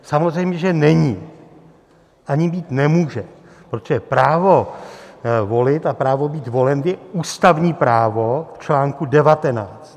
Samozřejmě že není, ani být nemůže, protože právo volit a právo být zvolen je ústavní právo v článku 19.